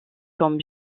comme